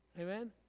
Amen